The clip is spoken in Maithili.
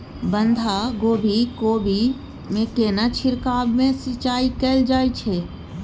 बंधागोभी कोबी मे केना छिरकाव व सिंचाई कैल जाय छै?